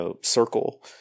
circle